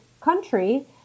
country